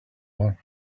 one